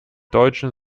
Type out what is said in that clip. deutschen